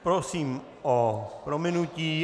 Prosím o prominutí.